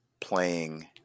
playing